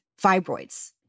fibroids